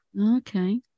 Okay